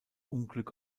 unglück